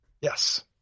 Yes